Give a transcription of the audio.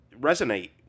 resonate